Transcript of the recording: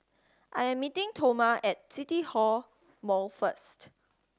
I am meeting Toma at CityLink Mall first